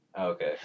Okay